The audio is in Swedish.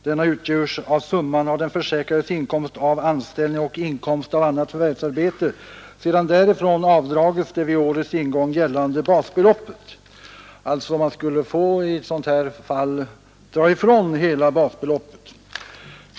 Denna utgörs av summan av den försäkrades inkomst av anställning och inkomst av annat förvärvsarbete, sedan därifrån avdragits det vid årets ingång gällande basbeloppet.” Man skulle alltså få i ett sådant här fall dra ifrån hela basbeloppet.